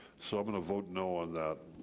so i'm gonna vote no on that,